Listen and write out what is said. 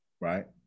right